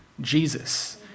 Jesus